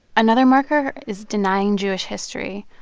another marker is denying jewish history,